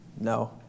no